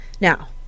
now